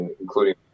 including